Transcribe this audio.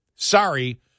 sorry